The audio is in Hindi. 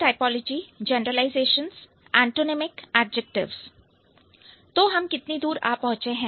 तो हम कितनी दूर आ पहुंचे हैं